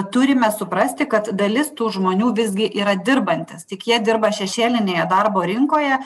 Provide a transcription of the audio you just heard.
turime suprasti kad dalis tų žmonių visgi yra dirbantys tik jie dirba šešėlinėje darbo rinkoje